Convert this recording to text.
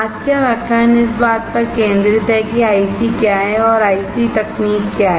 आज का व्याख्यान इस बात पर केंद्रित है कि आईसी क्या हैं और आईसी तकनीक क्या हैं